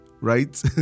right